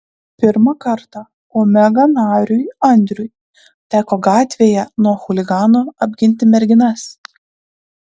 pirmą kartą omega nariui andriui teko gatvėje nuo chuliganų apginti merginas